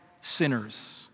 sinners